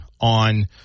on